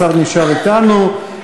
השר נשאר אתנו,